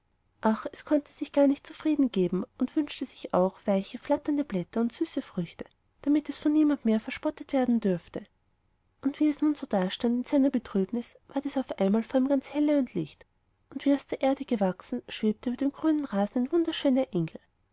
ach es konnte sich gar nicht zufrieden geben und wünschte sich auch weiche flatternde blätter und süße früchte damit es von niemand mehr verspottet werden dürfe wie es nun so dastand in seiner betrübnis ward es auf einmal vor ihm ganz helle und licht und wie aus der erde gewachsen schwebte über dem grünen rasen ein wunderschöner engel